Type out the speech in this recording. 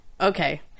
okay